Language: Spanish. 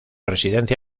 residencia